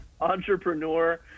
Entrepreneur